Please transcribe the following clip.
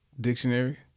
dictionary